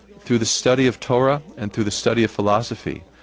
through the study of torah and through the study of philosophy,